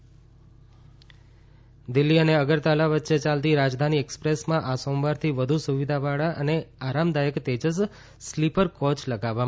Tejas coach Delhi અને અગરતાલા વચ્ચે યાલતી રાજધાની એકસપ્રેસમાં આ સોમવારથી વધુ સુવિધાવાળા અને આરામદાયક તેજસ સ્લીપર કોચ લગાવવામાં આવશે